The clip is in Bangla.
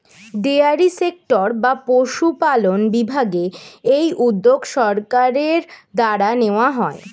ডেয়ারি সেক্টর বা পশুপালন বিভাগে এই উদ্যোগ সরকারের দ্বারা নেওয়া হয়